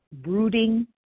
brooding